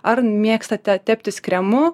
ar mėgstate teptis kremu